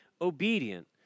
obedient